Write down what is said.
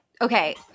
Okay